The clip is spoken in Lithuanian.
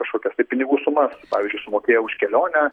kažkokias tai pinigų suma pavyzdžiui išmokėjo už kelionę